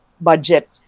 budget